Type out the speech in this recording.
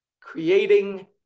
creating